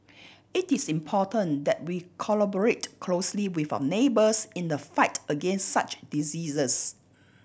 it is important that we collaborate closely with our neighbours in the fight against such diseases